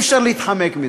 אי-אפשר להתחמק מזה.